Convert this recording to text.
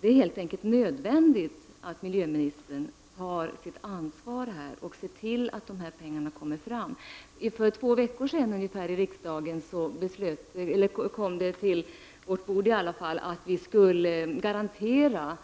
Det är helt enkelt nödvändigt att miljöministern tar sitt ansvar och ser till att de här pengarna kommer fram. För ungefär två veckor sedan kom det på vårt bord här i riksdagen ett ärende som gällde att vi skulle ställa en garanti på